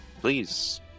Please